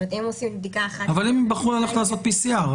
אם הם בחרו לעשות בדיקת PCR,